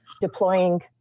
deploying